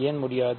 ஏன் முடியாது